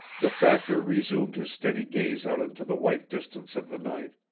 the factor resumed his steady gaze out into the white distance of the night,